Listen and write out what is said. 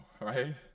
right